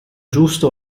giusto